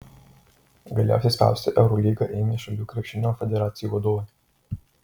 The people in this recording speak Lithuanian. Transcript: galiausiai spausti eurolygą ėmė šalių krepšinio federacijų vadovai